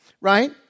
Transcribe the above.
right